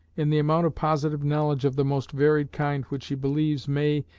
in the amount of positive knowledge of the most varied kind which he believes may,